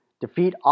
Defeat